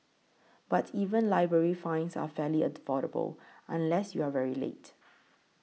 but even library fines are fairly affordable unless you are very late